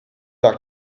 like